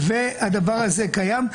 והדבר הזה קיים.